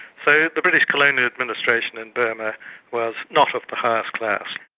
so the british colonial administration in burma was not of the highest class.